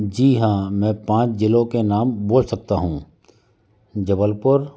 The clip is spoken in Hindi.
जी हाँ मैं पाँच जिलों के नाम बोल सकता हूँ जबलपुर